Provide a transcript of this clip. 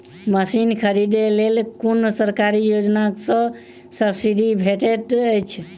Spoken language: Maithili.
मशीन खरीदे लेल कुन सरकारी योजना सऽ सब्सिडी भेटैत अछि?